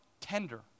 tender